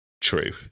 true